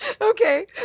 Okay